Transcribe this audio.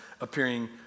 appearing